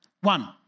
One